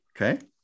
okay